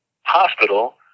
Hospital